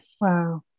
Wow